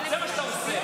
זה מה שאתה עושה.